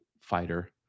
fighter